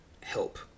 help